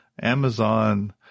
amazon